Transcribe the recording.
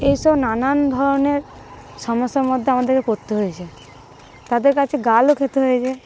এইসব নানান ধরনের সমস্যার মধ্যে আমাদেরকে পড়তে হয়েছে তাদের কাছে গালও খেতে হয়েছে